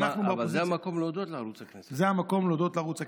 ואנחנו באופוזיציה זה המקום להודות לערוץ הכנסת.